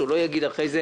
שהוא לא יגיד אחרי זה,